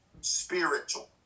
spiritual